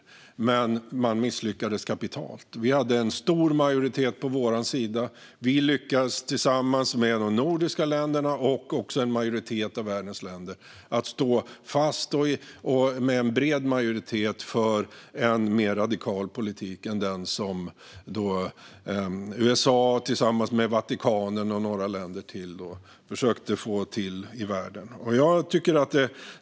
Men de misslyckades kapitalt. Vi hade en stor majoritet på vår sida. Vi lyckades tillsammans med de nordiska länderna och en majoritet av världens länder stå fast vid en mer radikal politik än den som USA tillsammans med Vatikanstaten och några länder till försökte få till i världen.